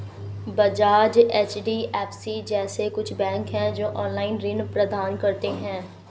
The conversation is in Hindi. बजाज, एच.डी.एफ.सी जैसे कुछ बैंक है, जो ऑनलाईन ऋण प्रदान करते हैं